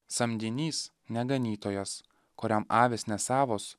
samdinys ne ganytojas kuriam avys nesavos